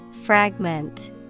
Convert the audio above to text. Fragment